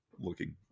looking